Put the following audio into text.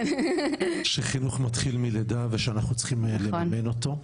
אני מסכים איתך שחינוך מתחיל מלידה ושאנחנו צריכים לממן אותו,